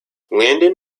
landon